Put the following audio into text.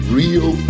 real